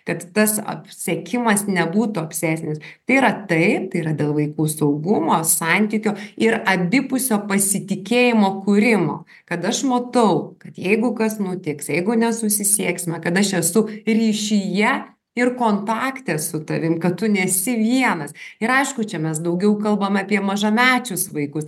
kad tas apsekimas nebūtų apsesnis tai yra tai yra dėl vaikų saugumo santykio ir abipusio pasitikėjimo kūrimo kad aš matau kad jeigu kas nutiks jeigu nesusisieksime kad aš esu ryšyje ir kontakte su tavim kad tu nesi vienas ir aišku čia mes daugiau kalbam apie mažamečius vaikus